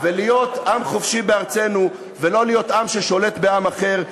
להיות עם חופשי בארצנו ולא להיות עם ששולט בעם אחר,